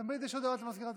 תמיד יש הודעות למזכיר הכנסת.